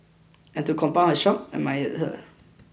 and to compound her shock admired her